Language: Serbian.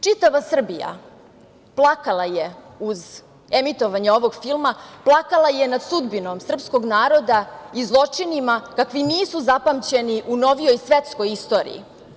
Čitava Srbija plakala je uz emitovanje ovog filma, plakala je nad sudbinom srpskog naroda i zločinima kakvi nisu zapamćeni u novijoj svetskoj istoriji.